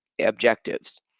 objectives